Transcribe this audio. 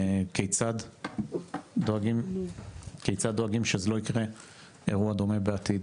וכיצד דואגים שזה לא ייקרה אירוע דומה בעתיד.